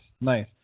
nice